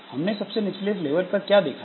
हमने सबसे निचले लेवल पर क्या देखा है